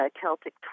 Celtic